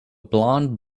blond